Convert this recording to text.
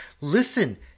Listen